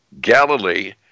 Galilee